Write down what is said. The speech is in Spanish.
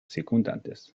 circundantes